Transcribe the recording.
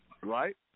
right